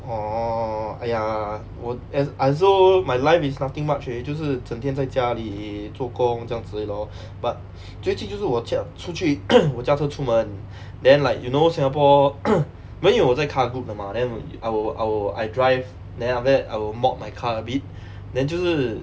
orh !aiya! 我 I I also my life is nothing much eh 就是整天在家里做工这样子而已 lor but 最近就是我驾出去 我驾车出门 then like you know singapore 因为我有在 car group 的 mah then I will I will I drive then after that I will modify my car a bit then 就是